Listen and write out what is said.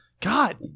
God